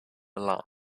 milan